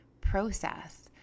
process